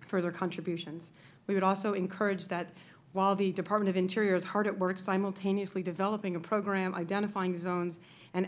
further contributions we would also encourage that while the department of interior is hard at work simultaneously developing a program identifying zones and